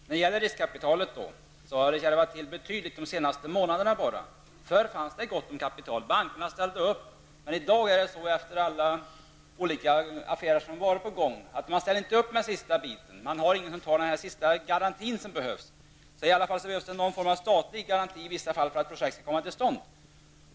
Herr talman! När det gäller riskkapitalet har det kärvat till betydligt under de senaste månaderna. Förr fanns det gott om kapital; bankerna ställde upp. Men i dag är det så, efter alla olika affärer som förekommit, att man inte ställer upp med den sista biten, att ingen ger den sista nödvändiga garantin. Det behövs någon form av statlig garanti i vissa fall för att projekt skall komma till stånd.